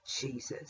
Jesus